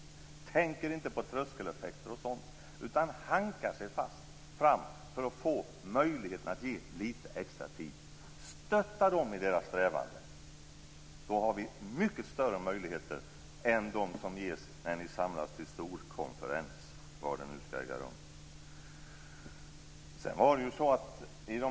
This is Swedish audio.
De tänker inte på tröskeleffekter och sådant utan hankar sig fram för att få möjlighet att ge lite extra tid. Stötta dem i deras strävan. Då har ni mycket större möjligheter än de som ges när ni samlas till storkonferens, var den nu skall äga rum.